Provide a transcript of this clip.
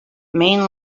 main